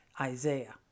Isaiah